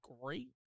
great